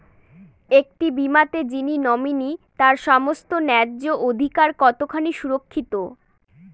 একটি বীমাতে যিনি নমিনি তার সমস্ত ন্যায্য অধিকার কতখানি সুরক্ষিত?